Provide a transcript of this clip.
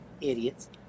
idiots